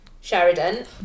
Sheridan